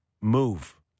move